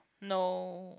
no